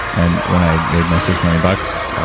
and when i made my six million bucks,